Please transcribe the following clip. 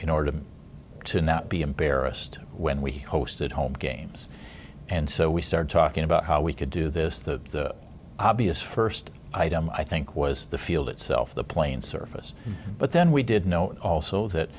in order to not be embarrassed when we hosted home games and so we started talking about how we could do this the obvious first i think was the field itself the plane surface but then we did know also that